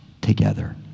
together